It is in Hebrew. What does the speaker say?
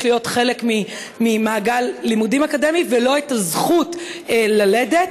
להיות חלק ממעגל לימודים אקדמי ואת הזכות ללדת.